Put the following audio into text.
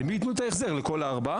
למי יתנו את ההחזר, לכל החמישה?